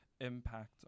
impact